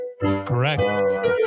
correct